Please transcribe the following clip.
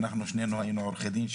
שנינו היינו עורכי דין.